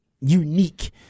unique